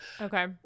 Okay